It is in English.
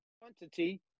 quantity